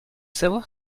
savoir